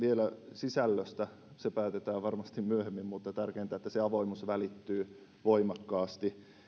sisällöstä vielä päätetään varmasti myöhemmin mutta tärkeintä on että se avoimuus välittyy voimakkaasti